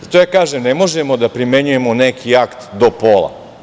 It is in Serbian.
Zato kažem ne možemo da primenjujemo neki akt do pola.